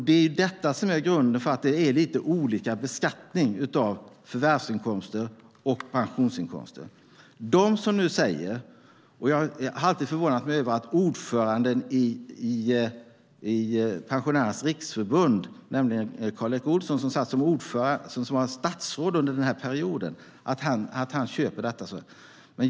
Det är detta som är grunden för att det är lite olika beskattning av förvärvsinkomster och pensionsinkomster. Jag har alltid förvånat mig över hur ordföranden i Sveriges Pensionärsförbund, Karl-Erik Olsson, som var statsråd under den här perioden ser på detta.